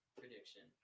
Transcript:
prediction